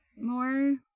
more